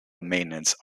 maintenance